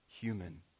human